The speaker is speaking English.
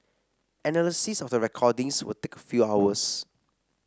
analysis of the recordings would take a few hours